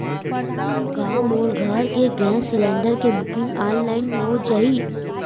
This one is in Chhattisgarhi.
का मोर घर के गैस सिलेंडर के बुकिंग ऑनलाइन हो जाही?